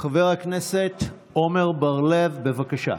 חבר הכנסת השר בנימין גנץ, בבקשה.